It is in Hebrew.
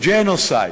הוא ג'נוסייד.